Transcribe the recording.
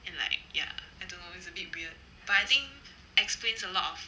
and like ya I don't know it's a bit weird but I think explains a lot of